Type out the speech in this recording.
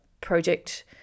project